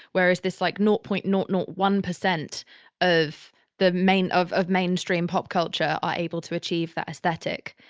whereas this like nought point nought, nought one percent of the main, of of mainstream pop culture are able to achieve that aesthetic.